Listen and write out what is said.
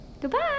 Goodbye